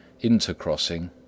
intercrossing